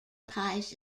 pies